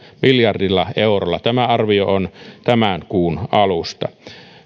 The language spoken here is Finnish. miljardilla eurolla tämä arvio on tämän kuun alusta